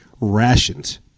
rations